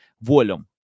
volume